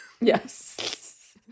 Yes